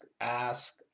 ask